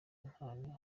impano